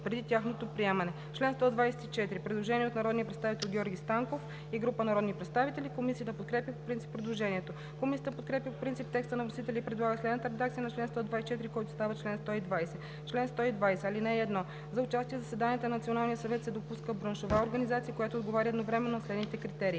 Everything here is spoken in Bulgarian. преди тяхното приемане.“ По чл. 124 има предложение от народния представител Георги Станков и група народни представители. Комисията подкрепя по принцип предложението. Комисията подкрепя по принцип текста на вносителя и предлага следната редакция на чл. 124, който става чл. 120: „Чл. 120. (1) За участие в заседанията на Националния съвет се допуска браншова организация, която отговаря едновременно на следните критерии: